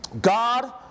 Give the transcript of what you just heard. God